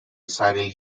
cyril